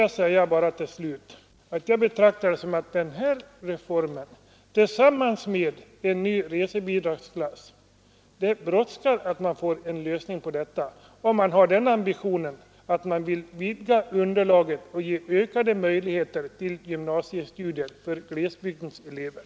Slutligen vill jag säga att jag ser det så, att denna reform tillsammans med frågan om en ny resebidragsklass är frågor som det brådskar att få uppklarade. Detta om man har ambitionen att vilja vidga underlaget och ge glesbygdens elever ökade möjligheter till gymnasiestudier.